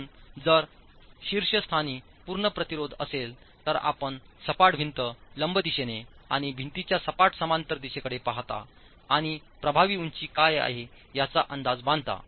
म्हणून जर शीर्षस्थानी पूर्ण प्रतिरोध असेल तर आपण सपाट भिंत लंब दिशेने आणि भिंतीच्या सपाट समांतर दिशेकडे पाहता आणि प्रभावी उंची काय आहे याचा अंदाज बांधता